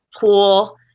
pool